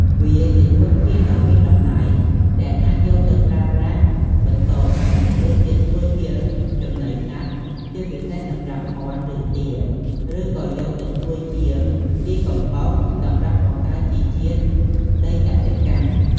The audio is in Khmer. វាជាធនធានដ៏មានតម្លៃដែលអាចយកទៅប្រើប្រាស់បន្តបាន ដូចជាធ្វើជាចំណីសត្វ ជាពិសេសសម្រាប់មាន់ ឬទា ឬក៏យកទៅធ្វើជាជីកំប៉ុស្តសម្រាប់បង្កើនជីជាតិដីកសិកម្ម។